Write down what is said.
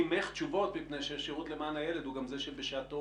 ממך תשובות משום שהשירות למען הילד הוא גם זה שבשעתו